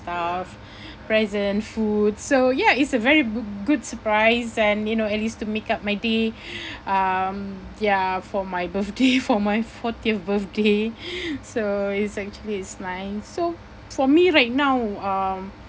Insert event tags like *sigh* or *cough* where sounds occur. stuff present food so ya it's a very good good surprise and you know at least to make up my day um ya for my birthday *noise* for my fortieth birthday so it's actually it's nice so for me right now um